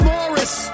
Morris